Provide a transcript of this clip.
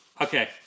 Okay